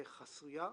חסויה.